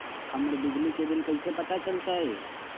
हमर बिजली के बिल कैसे पता चलतै?